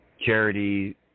charity